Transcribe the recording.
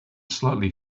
slightly